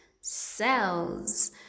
cells